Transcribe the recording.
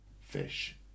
fish